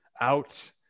out